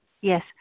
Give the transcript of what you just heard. yes